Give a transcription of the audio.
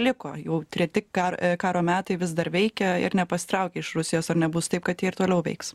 liko jau treti kar karo metai vis dar veikia ir nepasitraukia iš rusijos ar nebus taip kad jie ir toliau veiks